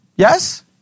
Yes